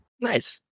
Nice